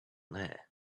there